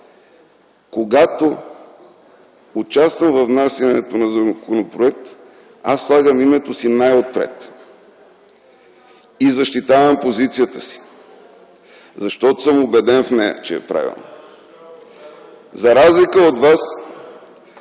когато участвам във внасянето на законопроект, аз слагам името си най-отпред и защитавам позицията си, защото съм убеден, че е правилна. За разлика от вас,